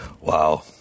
wow